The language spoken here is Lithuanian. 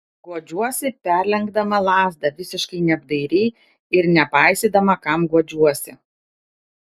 guodžiuosi perlenkdama lazdą visiškai neapdairiai ir nepaisydama kam guodžiuosi